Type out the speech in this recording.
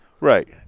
right